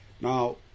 Now